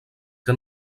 que